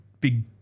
big